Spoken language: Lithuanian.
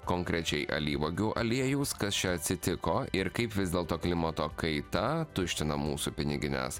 konkrečiai alyvuogių aliejaus kas čia atsitiko ir kaip vis dėlto klimato kaita tuština mūsų pinigines